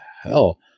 hell